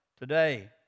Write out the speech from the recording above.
today